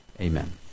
Amen